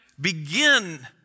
begin